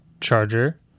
charger